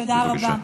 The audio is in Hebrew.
תודה רבה.